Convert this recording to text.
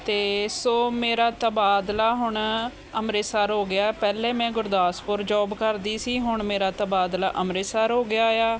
ਅਤੇ ਸੋ ਮੇਰਾ ਤਬਾਦਲਾ ਹੁਣ ਅੰਮ੍ਰਿਤਸਰ ਹੋ ਗਿਆ ਹੈ ਪਹਿਲਾਂ ਮੈਂ ਗੁਰਦਾਸਪੁਰ ਜੋਬ ਕਰਦੀ ਸੀ ਹੁਣ ਮੇਰਾ ਤਬਾਦਲਾ ਅੰਮ੍ਰਿਤਸਰ ਹੋ ਗਿਆ ਆ